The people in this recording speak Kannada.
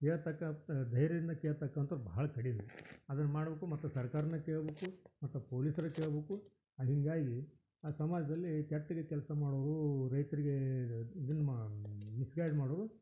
ಹೇಳತಕ್ಕಂಥ ಧೈರ್ಯದಿಂದ ಕೇಳ್ತಕ್ಕಂಥವ್ರು ಭಾಳ ಕಡಿಮೆ ಅದನ್ನು ಮಾಡ್ಬೇಕು ಮತ್ತು ಸರ್ಕಾರನೇ ಕೇಳ್ಬೇಕು ಮತ್ತು ಪೊಲೀಸ್ರಿಗೆ ಕೇಳ್ಬೇಕು ಅದು ಹೀಗಾಗಿ ಆ ಸಮಾಜದಲ್ಲಿ ಕೆಟ್ಟಗೆ ಕೆಲಸ ಮಾಡೋವ್ರೂ ರೈತ್ರಿಗೆ ಇದನ್ನು ಮಾಡಿ ಮಿಸ್ಗೈಡ್ ಮಾಡೋವ್ರು